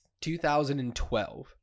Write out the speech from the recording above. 2012